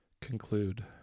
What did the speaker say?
Conclude